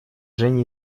женя